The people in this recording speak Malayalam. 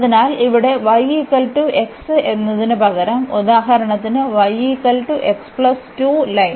അതിനാൽ ഇവിടെ yx എന്നതിനുപകരം ഉദാഹരണത്തിന് y ലൈൻ